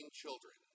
children